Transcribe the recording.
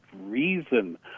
reason